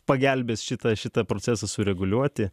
pagelbės šitą šitą procesą sureguliuoti